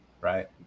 right